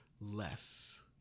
less